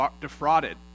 defrauded